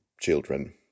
children